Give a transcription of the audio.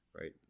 Right